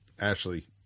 Ashley